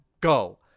Go